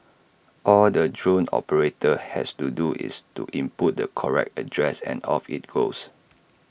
all the drone operator has to do is to input the correct address and off IT goes